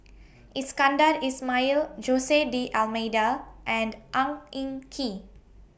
Iskandar Ismail Jose D'almeida and Ang Yin Kee